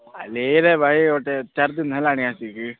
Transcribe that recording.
କାଲିରେ ଭାଇ ଗୋଟେ ଚାରି ଦିନ ହେଲାଣି ଆସିକି